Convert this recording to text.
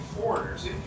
foreigners